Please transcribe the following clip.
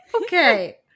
Okay